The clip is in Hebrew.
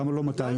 למה לא 200?